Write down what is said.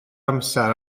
amser